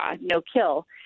no-kill